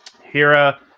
Hira